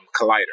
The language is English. Collider